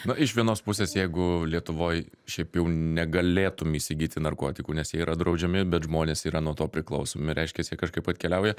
na iš vienos pusės jeigu lietuvoj šiaip jau negalėtum įsigyti narkotikų nes jie yra draudžiami bet žmonės yra nuo to priklausomi reiškias jie kažkaip atkeliauja